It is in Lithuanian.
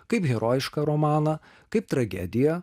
kaip herojišką romaną kaip tragediją